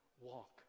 walk